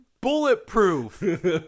Bulletproof